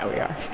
are we're